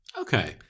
Okay